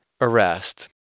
arrest